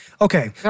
Okay